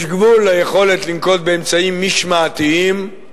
יש גבול ליכולת לנקוט אמצעים משמעתיים,